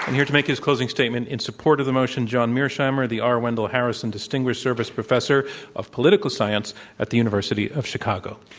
here to make his closing statement in support of the motion, john mearsheimer, the r. wendell harrison distinguished service professor of political science at the university of chicago.